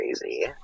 crazy